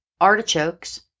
artichokes